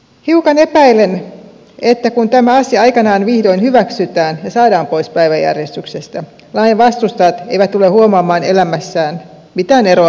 hiukan epäilen että kun tämä asia aikanaan vihdoin hyväksytään ja saadaan pois päiväjärjestyksestä lain vastustajat eivät tule huomaamaan elämässään mitään eroa entiseen